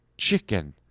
chicken